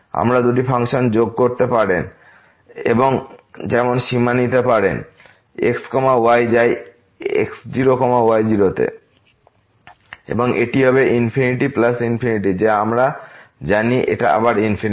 আমরা দুটি ফাংশন যোগ করতে পারেন এবং যেমন সীমা নিতে পারেন x y যায় x0 y0 তে এবং এটি হবে ইনফিনিটি প্লাস ইনফিনিটি যা আমরা জানি এটা আবার ইনফিনিটি